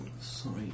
Sorry